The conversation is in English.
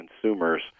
consumers